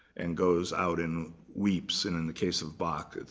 and goes out and weeps. in in the case of bach,